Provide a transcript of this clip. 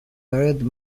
period